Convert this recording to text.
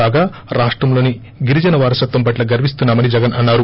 కాగా రాష్టంలోని గిరిజన వారసత్వం పట్ల గర్విస్తున్నా మని జగన్ అన్నారు